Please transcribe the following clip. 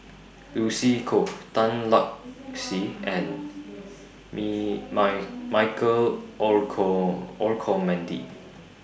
Lucy Koh Tan Lark Sye and Michael Olcomendy